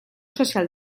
social